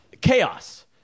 chaos